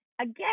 again